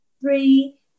three